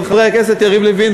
חבר הכנסת יריב לוין,